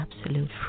absolute